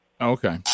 Okay